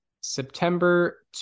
September